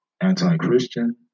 Anti-Christian